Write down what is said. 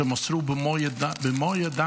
שמסרו במו ידיים,